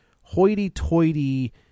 hoity-toity